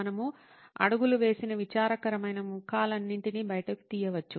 మనం అడుగులు వేసిన విచారకరమైన ముఖాలన్నింటినీ బయటకు తీయవచ్చు